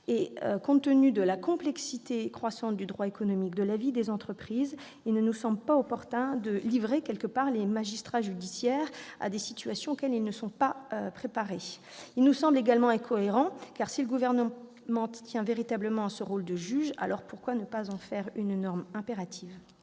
Compte tenu de la complexité croissante du droit économique, de la vie des entreprises, il ne nous semble pas opportun de livrer en quelque sorte les magistrats judiciaires à des situations auxquelles ils ne sont pas préparés. Cela nous apparaît également incohérent, car si le Gouvernement tient vraiment à ce rôle du juge, pourquoi ne pas en faire une norme impérative ?